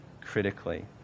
critically